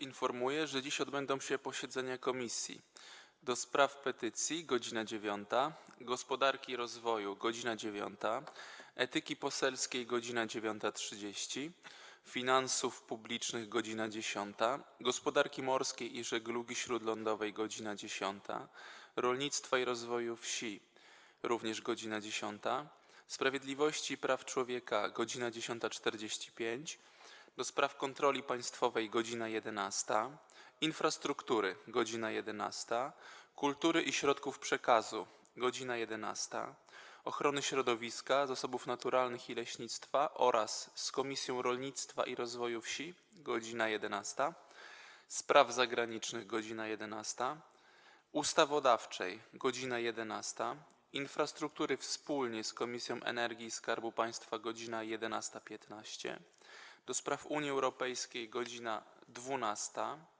Informuję, że dziś odbędą się posiedzenia Komisji: - do Spraw Petycji - godz. 9, - Gospodarki i Rozwoju - godz. 9, - Etyki Poselskiej - godz. 9.30, - Finansów Publicznych - godz. 10, - Gospodarki Morskiej i Żeglugi Śródlądowej - godz. 10, - Rolnictwa i Rozwoju Wsi - również godz. 10, - Sprawiedliwości i Praw Człowieka - godz. 10.45, - do Spraw Kontroli Państwowej - godz. 11, - Infrastruktury - godz. 11, - Kultury i Środków Przekazu - godz. 11, - Ochrony Środowiska, Zasobów Naturalnych i Leśnictwa wspólnie z Komisją Rolnictwa i Rozwoju Wsi - godz. 11, - Spraw Zagranicznych - godz. 11, - Ustawodawczej - godz. 11, - Infrastruktury wspólnie z Komisją Energii i Skarbu Państwa - godz. 11.15, - do Spraw Unii Europejskiej - godz. 12,